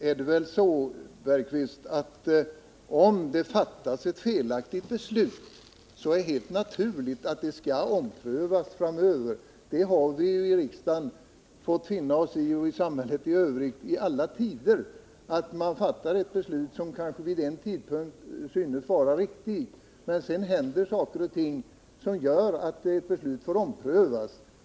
Om det Ökat stöd till fattas ett felaktigt beslut, Jan Bergqvist, är det helt naturligt att det skall befrielsekampen omprövas framöver. Vi i riksdagen och i samhället i övrigt har i alla tider fått —; Södra Afrika finna oss i att det kan fattas ett beslut som vid den tidpunkten synes vara riktigt men att det sedan händer saker och ting som gör att beslutet får omprövas.